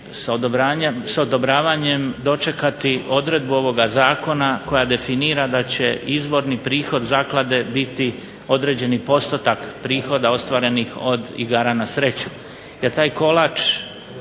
s odobravanjem dočekati odredbu ovoga zakona koja definira da će izvorni prihod zaklade biti određeni postotak prihoda ostvarenih od igara na sreću jer taj kolač